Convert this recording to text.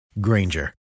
Granger